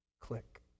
Click